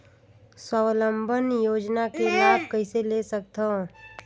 स्वावलंबन योजना के लाभ कइसे ले सकथव?